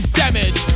damage